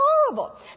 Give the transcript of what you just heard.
horrible